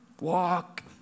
walk